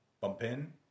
Bumpin